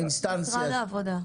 משרד העבודה.